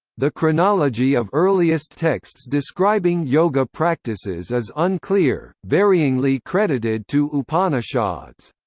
the chronology of earliest texts describing yoga-practices is unclear, varyingly credited to upanishads.